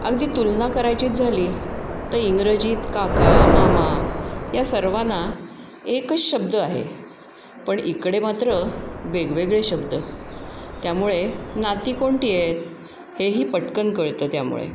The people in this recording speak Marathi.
अगदी तुलना करायचीच झाली तर इंग्रजीत काका मामा या सर्वांना एकच शब्द आहे पण इकडे मात्र वेगवेगळे शब्द त्यामुळे नाती कोणती आहेत हेही पटकन कळतं त्यामुळे